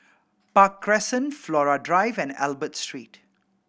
Park Crescent Flora Drive and Albert Street